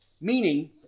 meaning